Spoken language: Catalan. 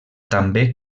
també